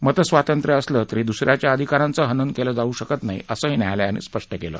मतस्वातंत्र्य असलं तरी दुस याच्या अधिकाराचं हनन केलं जाऊ शकत नाही असंही न्यायालयानं स्पष्ट केलं